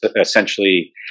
essentially